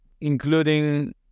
Including